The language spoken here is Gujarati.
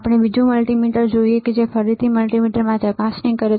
આપણે બીજું મલ્ટિમીટર જોઈએ છીએ ફરીથી મલ્ટિમીટરમાં ચકાસણી છે